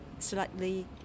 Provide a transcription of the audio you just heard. Slightly